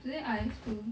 today I have to